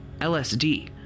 LSD